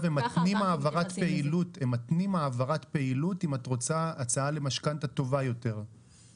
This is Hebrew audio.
הם מתנים העברת פעילות אם את רוצה הצעה למשכנתא טוב יותר.